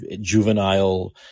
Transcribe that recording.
juvenile